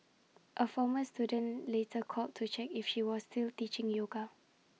A former student later called to check if she was still teaching yoga